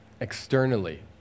externally